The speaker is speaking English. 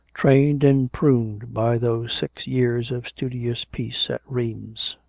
trained and pruned by those six years of studious peace at rheims,